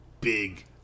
big